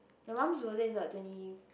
your mum birthday is what twenty